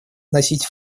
вносить